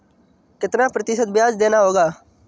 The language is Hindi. कितना प्रतिशत ब्याज देना होगा?